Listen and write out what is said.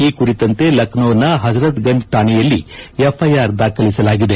ಈ ಕುರಿತಂತೆ ಲಕ್ಷೋದ ಹಜ್ರತ್ ಗಂಜ್ ಕಾಣೆಯಲ್ಲಿ ಎಫ್ಐಆರ್ ದಾಖಲಿಸಲಾಗಿದೆ